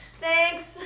Thanks